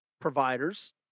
providers